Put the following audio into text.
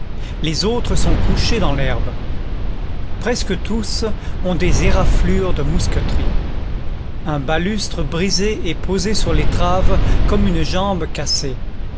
les autres sont couchés dans l'herbe presque tous ont des éraflures de mousqueterie un balustre brisé est posé sur l'étrave comme une jambe cassée